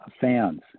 fans